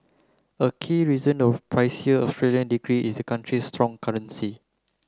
a key reason of pricier Australian degree is the country's strong currency